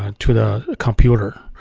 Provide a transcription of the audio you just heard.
um to the computer.